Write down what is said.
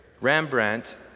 Rembrandt